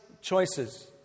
choices